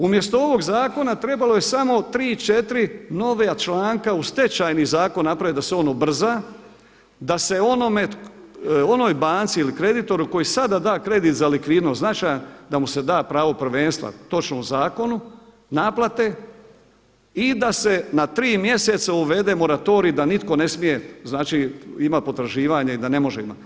Umjesto ovog zakona trebalo je samo 3, 4 nova članka u Stečajni zakon napraviti da se on ubrza, da se onoj banci ili kreditoru koji sada da kredit za likvidnost značajan da mu se da pravo prvenstva točno u zakonu, naplate i da se na tri mjeseca uvede moratorij da nitko ne smije, znači imati potraživanja i da ne može imati.